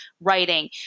writing